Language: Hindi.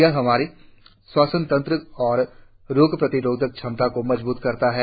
यह हमारा श्वसनतंत्र और रोग प्रतिरोधक क्षमता को मज़बूत करता है